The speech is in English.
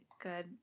good